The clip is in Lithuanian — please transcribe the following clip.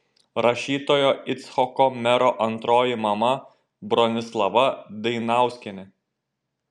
rašytojo icchoko mero antroji mama bronislava dainauskienė